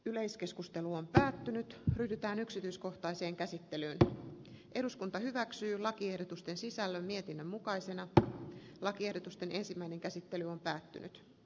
yleiskeskustelu on päättynyt pyritään yksityiskohtaiseen käsittelyyn ja eduskunta hyväksyy lakiehdotusten sisällön mietinnön mukaisena että lakiehdotusten ensimmäinen käsittely on päättynyt